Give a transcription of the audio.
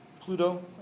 Pluto